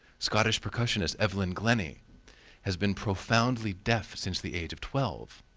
scottish percussionist evelyn glennie has been profoundly deaf since the age of twelve.